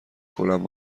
کنم